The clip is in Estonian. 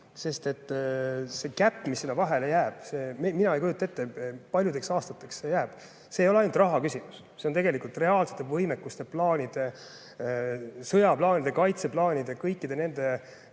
Sest seegap, mis sinna vahele jääb – mina ei kujuta ette, kui paljudeks aastateks see jääb. See ei ole ainult rahaküsimus, see on tegelikult reaalsete võimekuste, sõjaplaanide, kaitseplaanide ja kõikide nende